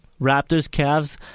Raptors-Cavs